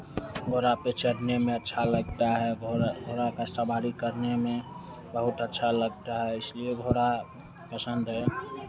घोड़ा पे चढ़ने में अच्छा लगता है घोड़ा घोड़ा का सवारी करने में बहुत अच्छा लगता है इसलिए घोड़ा पसन्द है